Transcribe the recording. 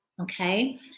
Okay